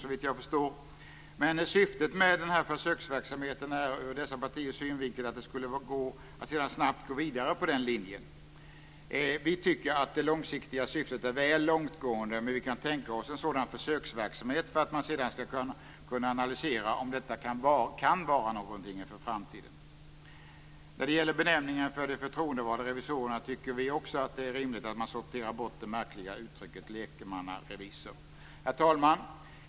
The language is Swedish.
Syftet med en sådan försöksverksamhet skulle vara att sedan snabbt gå vidare på den linjen. Vi tycker att det långsiktiga syftet är väl långtgående, men vi kan tänka oss en sådan försöksverksamhet för att sedan analysera om det kan vara något för framtiden. När det gäller benämningen på de förtroendevalda revisorerna tycker vi också att det är rimligt att man sorterar bort det märkliga uttrycket lekmannarevisor. Herr talman!